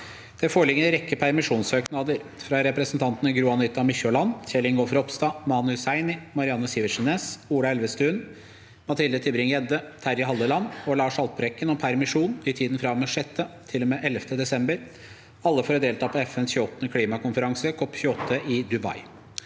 Det foreligger en rekke permisjonssøknader: – fra representantene Gro-Anita Mykjåland, Kjell Ingolf Ropstad, Mani Hussaini, Marianne Sivertsen Næss, Ola Elvestuen, Mathilde Tybring-Gjedde, Terje Halleland og Lars Haltbrekken om permisjon i tiden fra og med 6. til og med 11. desember – alle for å delta på FNs 28. klimakonferanse COP28 i Dubai